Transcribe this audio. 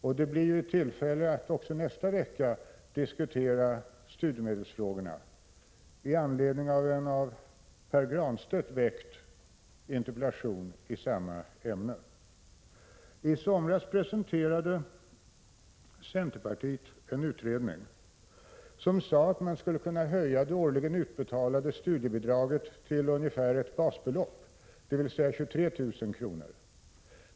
Men det blir tillfälle att också nästa vecka diskutera studiemedelsfrågorna i anledning av en av Pär Granstedt framställd interpellation i samma ämne. I somras presenterade centerpartiet en utredning enligt vilken man skulle kunna höja det årligen utbetalade studiebidraget till ungefär ett basbelopp, dvs. 23 000 kr.